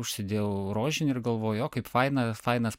užsidėjau rožinį ir galvoju kaip faina fainas